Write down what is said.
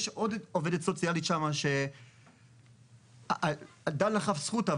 יש עוד עובדת סוציאלית שם שדנה לכף זכות,